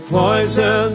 poison